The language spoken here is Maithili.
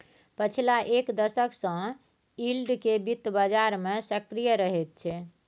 पछिला एक दशक सँ यील्ड केँ बित्त बजार मे सक्रिय रहैत छै